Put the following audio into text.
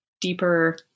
deeper